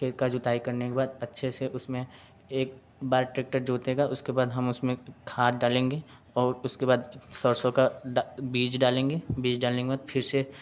खेत का जुताई करने के बाद अच्छे से उसमें एक बार टेक्टर जोतेगा उसके बाद हम उसमें खाद डालेंगे और उसके बाद सरसों का ड बीज डालेंगे बीज डालने के बाद फिर से